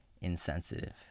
insensitive